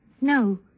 No